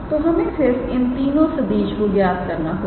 तो हमें सिर्फ इन तीनों सदिशको ज्ञात करना होगा